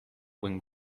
wing